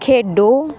ਖੇਡੋ